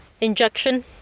injection